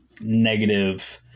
negative